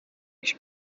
i̇ş